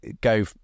go